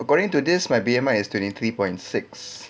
according to this my B_M_I is twenty three point six